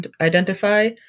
identify